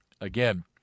again